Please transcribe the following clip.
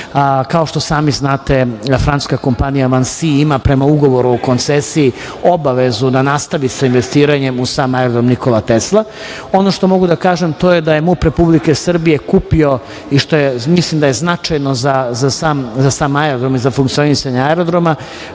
Kao što i sami znate, francuska kompanija "Vansi" ima prema ugovoru o koncesiji obavezu da nastavi sa investiranjem u sam aerodrom "Nikola Tesla". Ono što mogu da kažem, to je da je MUP Republike Srbije kupio, što mislim da je značajno za sam aerodrom i za funkcionisanje aerodroma,